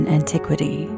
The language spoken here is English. antiquity